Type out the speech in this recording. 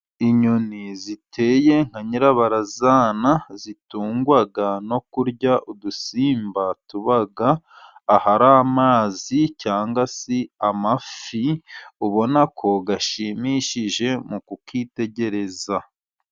Inyoni ziteye nka nyirabarazana zitungwa no kurya udusimba tuba ahari amazi, cyangwa se amafi. Ubona ko ashimishije mu kuyitegereza.